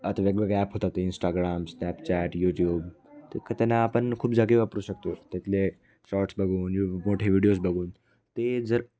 आता वेगवेगळे ॲप होतात इंस्टाग्राम स्नॅपचॅट यूट्यूब तर त्यांना आपण खूप ज वापरू शकतो त्यातले शॉट्स बघून मोठे व्हिडिओज बघून ते जर